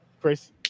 Chris